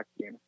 game